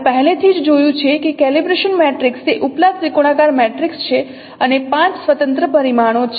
આપણે પહેલેથી જ જોયું છે કેલિબ્રેશન મેટ્રિક્સ તે ઉપલા ત્રિકોણાકાર મેટ્રિક્સ છે અને 5 સ્વતંત્ર પરિમાણો છે